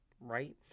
Right